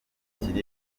yasaga